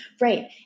Right